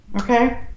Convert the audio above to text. Okay